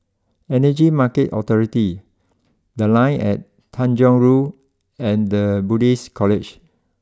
Energy Market Authority the Line and Tanjong Rhu and the Buddhist College